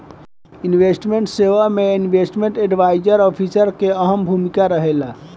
investment सेवा में investment advisory officer के अहम भूमिका रहेला